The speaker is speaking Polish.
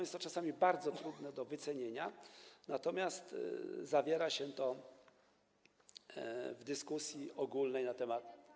Jest to czasami bardzo trudne do wycenienia, natomiast zawiera się to w dyskusji ogólnej na temat.